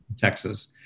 Texas